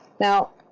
Now